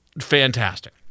fantastic